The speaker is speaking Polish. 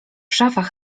szafach